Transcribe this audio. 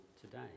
today